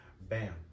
bam